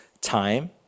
time